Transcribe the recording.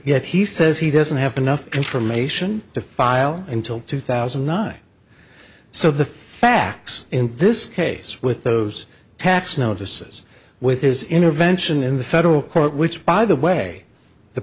yet he says he doesn't have enough information to file until two thousand and nine so the facts in this case with those tax notices with his intervention in the federal court which by the way the